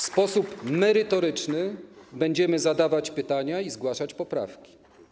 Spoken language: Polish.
W sposób merytoryczny będziemy zadawać pytania i zgłaszać poprawki.